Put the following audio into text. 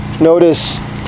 notice